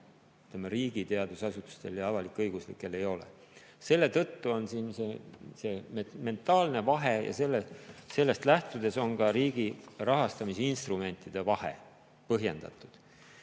riigi teadusasutustel ja avalik-õiguslikel ei ole. Siin on see mentaalne vahe ja sellest lähtudes on ka riigi rahastamisinstrumentide vahe põhjendatud. Jah,